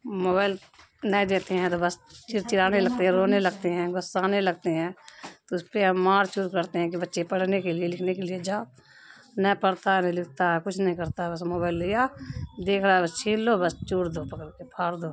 mobile نہیں دیتے ہیں تو بس چڑچڑانے لگتے ہیں رونے لگتے ہیں غصانے لگتے ہیں تو اس پہ ہم مار چور کرتے ہیں کہ بچے پڑھنے کے لیے لکھنے کے لیے جاؤ نے پڑھتا ہے نہ لکھتا ہے کچھ نہیں کرتا ہے بس موبائل لیا دیکھا بس چھیل لو بس چور دو پکڑ کے پھاڑ دو